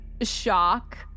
shock